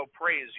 praise